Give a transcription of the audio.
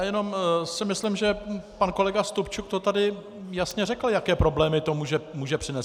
Jenom si myslím, že pan kolega Stupčuk to tady jasně řekl, jaké problémy to může přinést.